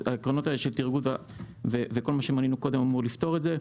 אז העקרונות האלה של טרגוט ושל כל מה שמנינו קודם אמור לפתור את זה.